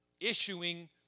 issuing